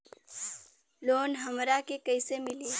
Loan हमरा के कईसे मिली?